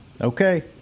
Okay